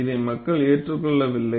இதை மக்கள் ஏற்றுக்கொள்ளவில்லை